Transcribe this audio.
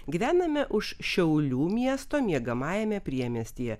gyvename už šiaulių miesto miegamajame priemiestyje